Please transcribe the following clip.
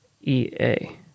E-A